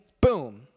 boom